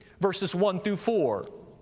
verses one through four.